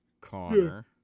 Connor